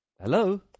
Hello